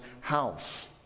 house